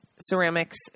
Ceramics